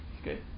Okay